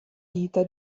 vita